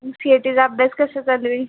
C A टीचा अभ्यास कसा चालू आहे